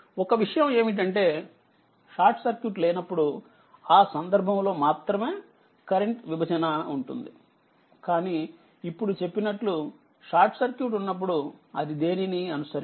ఒక విషయం ఏమిటంటే షార్ట్ సర్క్యూట్ లేనప్పుడు ఆ సందర్భంలో మాత్రమే కరెంట్ విభజన ఉంటుంది కానీ ఇప్పుడు చెప్పినట్లు షార్ట్ సర్క్యూట్ ఉన్నప్పుడు అది దేనిని అనుసరించదు